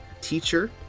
teacher